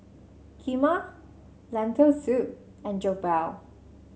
Kheema Lentil Soup and Jokbal